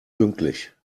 pünktlich